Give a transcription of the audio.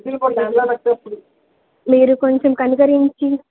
మీరు కొంచెం కనికరించి